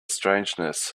strangeness